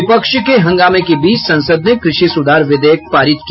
विपक्ष के हंगामे के बीच संसद ने कृषि सुधार विधेयक पारित किया